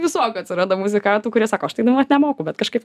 visokių atsiranda muzikantų kurie sako aš tai dainuot nemoku bet kažkaip